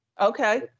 okay